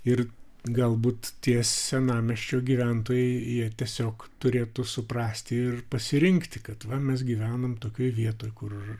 ir galbūt tie senamiesčio gyventojai jie tiesiog turėtų suprasti ir pasirinkti kad va mes gyvenam tokioj vietoj kur